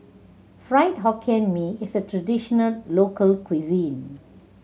Fried Hokkien Mee is a traditional local cuisine